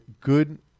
good